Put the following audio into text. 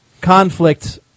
conflict